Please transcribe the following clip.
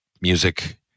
music